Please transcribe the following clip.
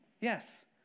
Yes